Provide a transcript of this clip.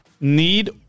need